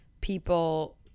people